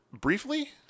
Briefly